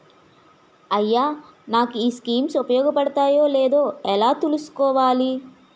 అయ్యా నాకు ఈ స్కీమ్స్ ఉపయోగ పడతయో లేదో ఎలా తులుసుకోవాలి?